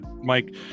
Mike